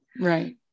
Right